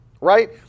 right